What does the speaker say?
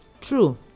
True